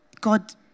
God